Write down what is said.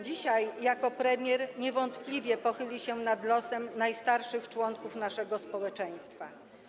Dzisiaj jako premier niewątpliwie pochyli się nad losem najstarszych członków naszego społeczeństwa.